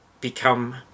become